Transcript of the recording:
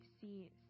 see